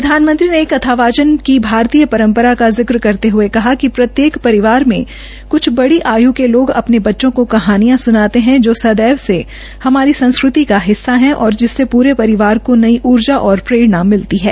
प्रधानमंत्री ने कथा वाचक को भारतीय परपम्रा का जिक्र करते हये कहा कि प्रत्येक परिवार में क्छ बड़ी आय् के लोग अपने बच्चों को कहानियां सुनाने है जो सदैव का हिस्सा है और जिससे पूरे परिवार को नई ऊर्जा और प्ररेणा मिलती है